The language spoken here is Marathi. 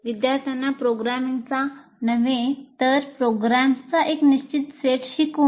विद्यार्थ्यांना प्रोग्रामिंगचा नव्हे तर प्रोग्राम्सचा एक निश्चित सेट शिकवून